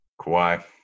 Kawhi